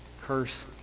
curse